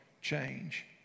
change